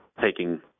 taking